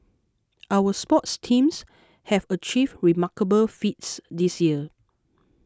our sports teams have achieved remarkable feats this year